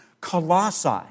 Colossae